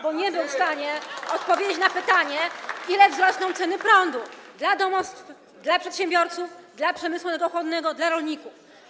bo nie był w stanie odpowiedzieć na pytanie, o ile wzrosną ceny prądu dla domostw, dla przedsiębiorców, dla przemysłu energochłonnego, dla rolników.